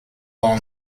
law